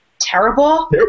Terrible